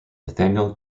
nathanael